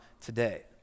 today